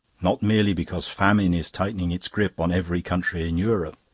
not merely because famine is tightening its grip on every country in europe,